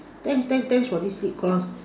thanks thanks thanks for this lip gloss